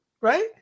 Right